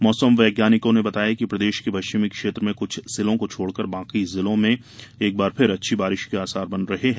मौसम वैज्ञानिकों ने बताया है कि प्रदेश के पश्चिमी क्षेत्र के कुछ जिलों को छोड़कर बाकी जिलों में एक बार फिर अच्छी बारिश के आसार बन रहे है